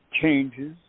changes